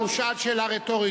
הוא שאל שאלה רטורית,